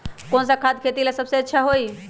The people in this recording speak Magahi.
कौन सा खाद खेती ला सबसे अच्छा होई?